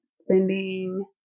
spending